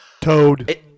toad